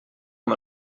amb